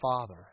Father